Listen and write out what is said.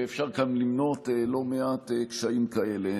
ואפשר כאן למנות לא מעט קשיים כאלה.